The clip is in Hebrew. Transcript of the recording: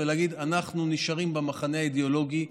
להגיד: אנחנו נשארים במחנה האידיאולוגי.